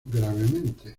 gravemente